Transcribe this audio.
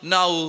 Now